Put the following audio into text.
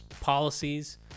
policies